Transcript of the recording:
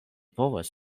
povas